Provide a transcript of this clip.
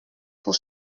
pour